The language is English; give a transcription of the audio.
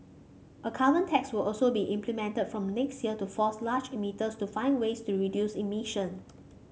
a carbon tax will also be implemented from next year to force large emitters to find ways to reduce emission